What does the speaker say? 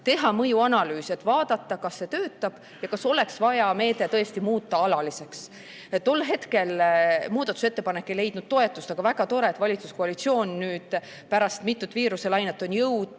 mõjuanalüüs, et vaadata, kas see töötab ja kas oleks vaja meede tõesti muuta alaliseks. Tol hetkel muudatusettepanek ei leidnud toetust, aga väga tore, et valitsuskoalitsioon nüüd, pärast mitut viiruselainet, on jõudnud